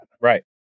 Right